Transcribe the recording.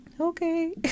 Okay